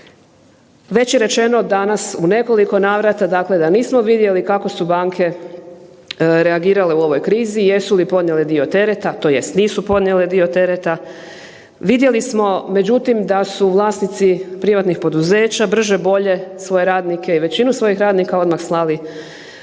Već je rečeno danas u nekoliko navrata dakle da nismo vidjeli kako su banke reagirale u ovoj krizi jesu li podnijele dio terete tj. nisu podnijele dio tereta, vidjeli smo međutim da su vlasnici privatnih poduzeća brže bolje svoje radnike i većinu svojih radnika odmah slali